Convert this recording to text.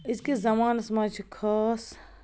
أزۍکِس زمانَس منٛز چھِ خاص